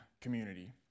community